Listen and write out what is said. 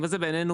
וזה בעינינו,